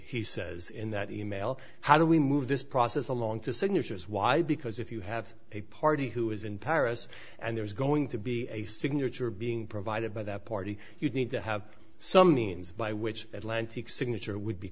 he says in that e mail how do we move this process along to signatures why because if you have a party who is in paris and there is going to be a sea when you're being provided by that party you need to have some means by which atlanta's signature would be